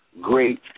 great